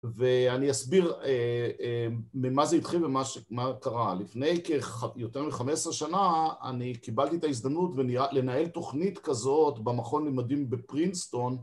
ואני אסביר ממה זה התחיל ומה קרה לפני יותר מ-15 שנה אני קיבלתי את ההזדמנות לנהל תוכנית כזאת במכון לימודים בפרינסטון